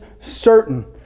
certain